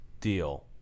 Deal